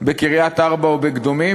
בקריית-ארבע או בקדומים,